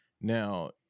now